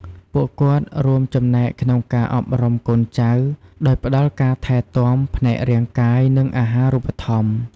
ពួកគាត់រួមចំណែកក្នុងការអប់រំកូនចៅ ដោយផ្តល់ការថែទាំ ផ្នែករាងកាយ និងអាហារូបត្ថម្ភ។